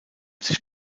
sich